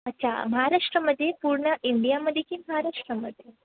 अच्छा महाराष्ट्रामध्ये पूर्ण इंडियामध्ये की महाराष्ट्रामध्ये